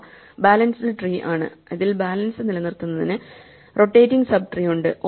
ഇവ balanced tree ആണ് ഇതിൽ ബാലൻസ് നിലനിർത്തുന്നതിനു റൊട്ടേറ്റിംഗ് സബ്ട്രീ ഉണ്ട്